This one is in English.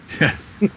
Yes